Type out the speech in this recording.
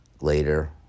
later